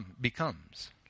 becomes